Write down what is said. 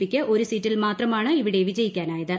പിക്ക് ഒരു സീറ്റിൽ മാത്രമാണ് ഇവിടെ വിജയിക്കാനായത്